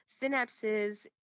synapses